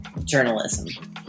Journalism